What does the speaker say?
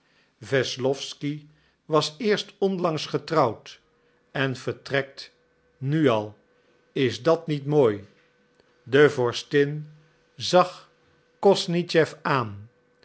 wesslowsky was eerst onlangs getrouwd en vertrekt nu al is dat niet mooi de vorstin zag kosnischew aan